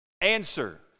answer